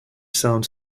sound